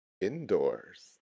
indoors